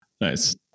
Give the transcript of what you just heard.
Nice